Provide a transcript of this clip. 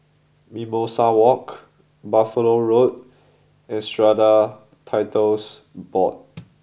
Mimosa Walk Buffalo Road and Strata Titles Board